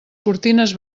cortines